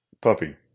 puppy